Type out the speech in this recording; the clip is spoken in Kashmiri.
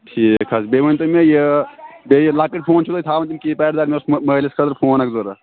ٹھیٖک حظ بیٚیہِ ؤنۍ تو مےٚ یہِ بیٚیہِ لۄکٕٹۍ فون چھُو تۄہہِ تھاوَان تِم کی پَیڈ دار مےٚ اوس مٲلِس خٲطرٕ فون اَکھ ضوٚرَتھ